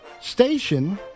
station